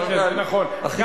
נכון.